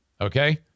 okay